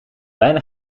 bijna